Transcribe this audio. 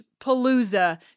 Palooza